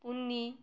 Pune